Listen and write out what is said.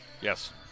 Yes